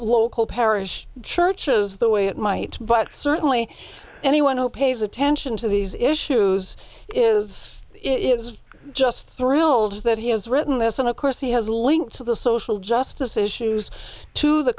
local parish churches the way it might but certainly anyone who pays attention to these issues is it was just thrilled that he has written this and of course he has a link to the social justice issues to the